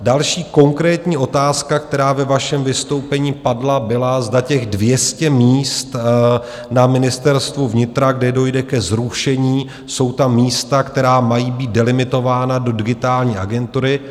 Další konkrétní otázka, která ve vašem vystoupení padla, byla, zda těch 200 míst na Ministerstvu vnitra, kde dojde ke zrušení, jsou ta místa, která mají být delimitována do Digitální agentury.